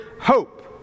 hope